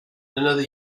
another